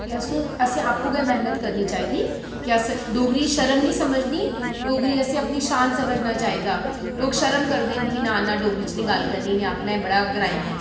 ते अस आपूं गै मेह्नत करनी चाहिदी के अस डोगरी च शर्म नेईं समझनी डोगरी गी असें अपनी शान समझना चाहिदा लोक शर्म करदे न कि ना ना डोगरी च नेईं गल्ल करनी चाहिदी में बड़ा ग्राईं ऐ